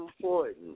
important